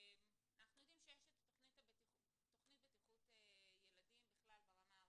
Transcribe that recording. אנחנו יודעים שיש את תכנית בטיחות ילדים בכלל ברמה הארצית.